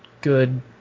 good